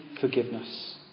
forgiveness